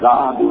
God